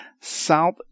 South